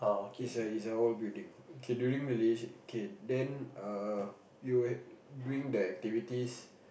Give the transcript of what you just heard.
is a is a old building K during malaysia K then (err)you'll had during the activities